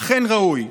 אכן ראוי,